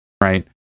right